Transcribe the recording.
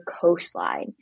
coastline